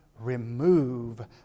remove